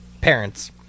Parents